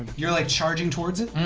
you're like charging towards it?